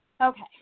Okay